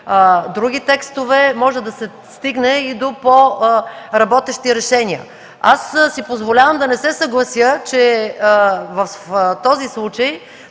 други текстове, може да се стигне и до по-работещи решения. Аз си позволявам да не се съглася, че в този случай